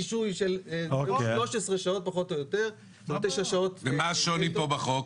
מבחן רישוי של 13 שעות פחות או יותר -- ומה השוני פה בחוק?